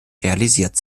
realisiert